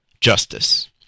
justice